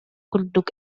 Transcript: курдук